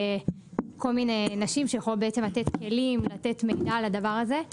כל מיני נשים שיכולות בעצם לתת כלים ולתת מידע על הדבר הזה.